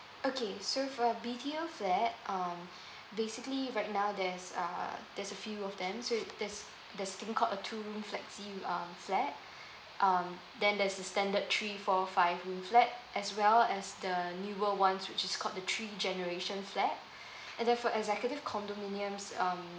okay so for a B_T_O flat um basically right now there's uh there's a few of them so there's there's something called a two room flexi uh flat um then there's the standard three four five room flat as well as the newer ones which is called the three generation flat and then for executive condominiums um